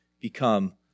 become